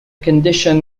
condition